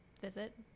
visit